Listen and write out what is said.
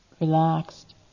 relaxed